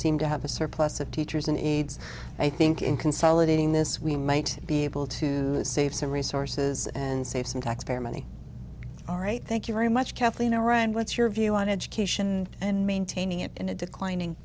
seem to have a surplus of teachers and aides i think in consolidating this we might be able to save some resources and save some taxpayer money all right thank you very much kathleen iran what's your view on education and maintaining it in a declining